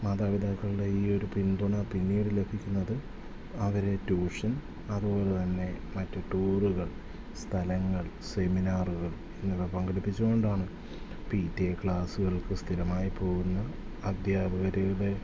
മാതാപിതാക്കളുടെ ഈ ഒരു പിന്തുണ പിന്നീട് ലഭിക്കുന്നത് അവരെ ട്യൂഷൻ അതുപോലെ തന്നെ മറ്റ് ടൂറുകൾ സ്ഥലങ്ങൾ സെമിനാറുകൾ എന്നിവ പങ്കെടിപ്പിച്ചു കൊണ്ടാണ് പി ടി എ ക്ലാസ്സുകൾക്ക് സ്ഥിരമായി പോകുന്ന അദ്ധ്യാപകരുടെ